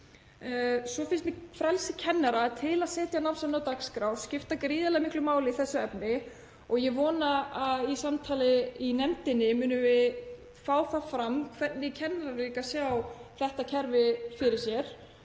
Svo finnst mér frelsi kennara til að setja námsefni á dagskrá skipta gríðarlega miklu máli í þessu efni og ég vona að í samtali í nefndinni munum við fá það fram hvernig kennarar sjá þetta kerfi fyrir sér,